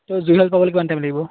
তোৰ জুইহাল পাবলৈ কিমান টাইম লাগিব